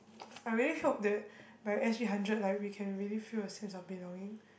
I really hope that by S_G hundred like we can really feel a sense of belonging